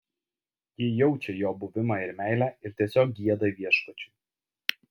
ji jaučia jo buvimą ir meilę ir tiesiog gieda viešpačiui